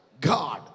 God